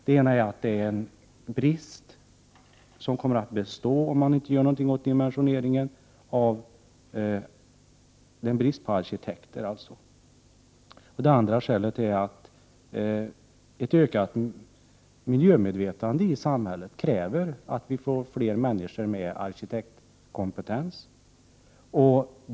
Det ena är att vi har en brist på arkitekter, som kommer att bestå om man inte gör någonting åt dimensioneringen. Det andra skälet är att ett ökat miljömedvetande i samhället kräver att vi får fler människor med arkitektkompetens.